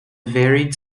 varied